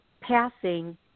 passing